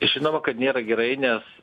žinoma kad nėra gerai nes